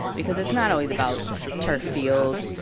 because it's not always about turf fields.